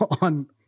on